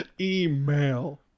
Email